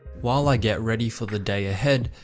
while i get ready for the day ahead,